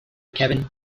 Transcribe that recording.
kevin